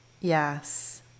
Yes